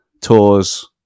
tours